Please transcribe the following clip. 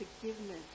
forgiveness